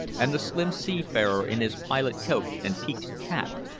and the slim seafarer in his pilot-coat and peaked cap?